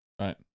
Right